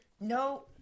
No